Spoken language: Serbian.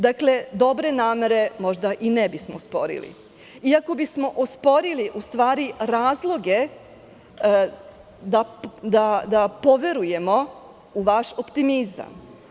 Dobre namere možda i ne bismo osporili, iako bismo osporili razloge da poverujemo u vaš optimizam.